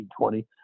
1920